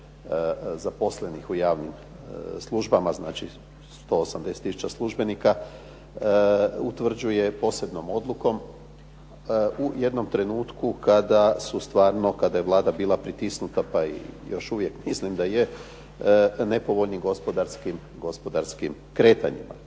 zaposlenih u javnim službama, znači 180 tisuća službenika, utvrđuje posebnom odlukom u jednom trenutku kada su stvarno, kada je Vlada bila pritisnuta pa i još uvijek mislim da je, nepovoljnim gospodarskim kretanjima.